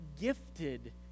gifted